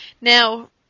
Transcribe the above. Now